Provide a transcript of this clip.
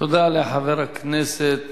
תודה לחבר הכנסת